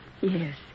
Yes